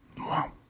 Wow